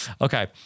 Okay